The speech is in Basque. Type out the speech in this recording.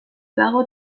dago